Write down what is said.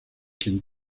quien